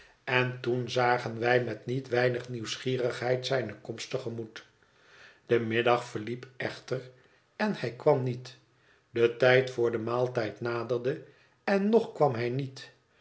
en toen zagen wij met niet weinig nieuwsgierigheid zij no komst te gemoet de middag verliep echter en hij kwam niet de tijd voor den maaltijd naderde en nog kwam hij niet